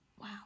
wow